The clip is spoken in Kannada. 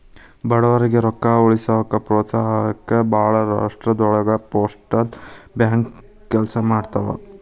ಬಡವರಿಗಿ ರೊಕ್ಕ ಉಳಿಸೋಕ ಪ್ರೋತ್ಸಹಿಸೊಕ ಭಾಳ್ ರಾಷ್ಟ್ರದೊಳಗ ಪೋಸ್ಟಲ್ ಬ್ಯಾಂಕ್ ಕೆಲ್ಸ ಮಾಡ್ತವಾ